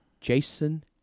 Jason